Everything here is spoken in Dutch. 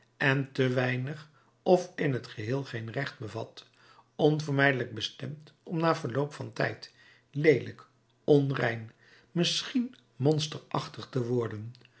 en te weinig of in t geheel geen recht bevat onvermijdelijk bestemd om na verloop van tijd leelijk onrein misschien monsterachtig te worden